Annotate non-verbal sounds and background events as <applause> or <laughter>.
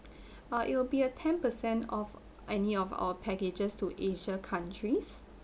<breath> ah it will be a ten percent of any of our packages to asia countries